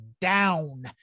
down